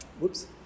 Whoops